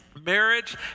Marriage